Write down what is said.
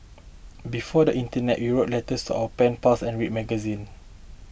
before the internet you will letters our pen pals and read magazine